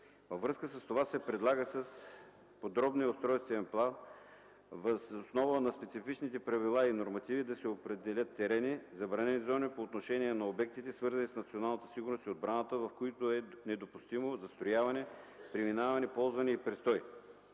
Във връзка с това се предлага с подробния устройствен план въз основа на специфичните правила и нормативи да се определят терени, забранени зони по отношение на обектите, свързани с националната сигурност и отбраната, в които е недопустимо застрояване, преминаване, ползване и престой.